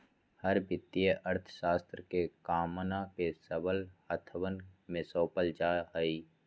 हर वित्तीय अर्थशास्त्र के कमान के सबल हाथवन में सौंपल जा हई